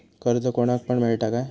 कर्ज कोणाक पण मेलता काय?